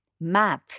math